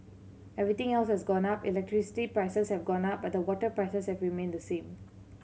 everything else has gone up electricity prices have gone up but the water prices have remained the same